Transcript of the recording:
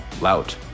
Lout